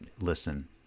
listen